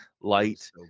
light